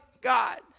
God